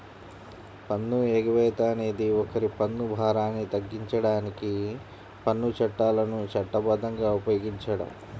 పన్ను ఎగవేత అనేది ఒకరి పన్ను భారాన్ని తగ్గించడానికి పన్ను చట్టాలను చట్టబద్ధంగా ఉపయోగించడం